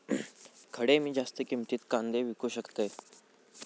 खडे मी जास्त किमतीत कांदे विकू शकतय?